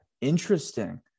Interesting